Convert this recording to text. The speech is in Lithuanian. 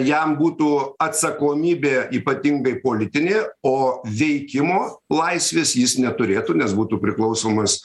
jam būtų atsakomybė ypatingai politinė o veikimo laisvės jis neturėtų nes būtų priklausomas